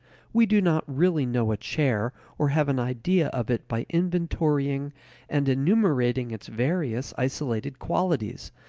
we do not really know a chair or have an idea of it by inventorying and enumerating its various isolated qualities,